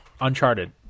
Uncharted